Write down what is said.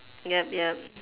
ya ya